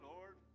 Lord